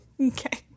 Okay